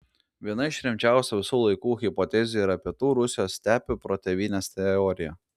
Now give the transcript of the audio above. viena iš rimčiausių visų laikų hipotezių yra pietų rusijos stepių protėvynės teorija